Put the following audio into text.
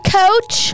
coach